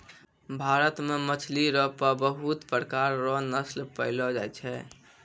भारत मे मछली रो पबहुत प्रकार रो नस्ल पैयलो जाय छै